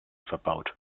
verbaut